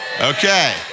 Okay